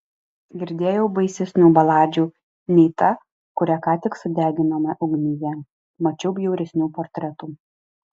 girdėjau baisesnių baladžių nei ta kurią ką tik sudeginome ugnyje mačiau bjauresnių portretų